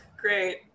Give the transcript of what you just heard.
great